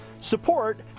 support